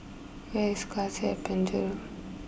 where is Cassia and Penjuru